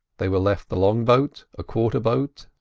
there were left the long-boat, a quarter-boat,